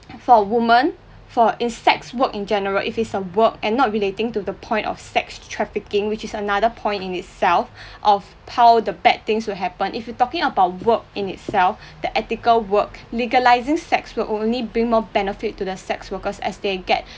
for women for in sex work in general it is a work and not relating to the point of sex trafficking which is another point in itself of how the bad things will happen if you talking about work in itself the ethical work legalising sex will only bring more benefit to the sex workers as they get